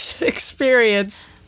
experience